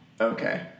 Okay